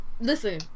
listen